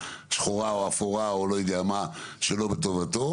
שחורה או אפורה או לא יודע מה שלא בטובתו.